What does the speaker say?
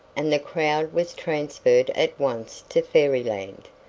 and the crowd was transferred at once to fairyland.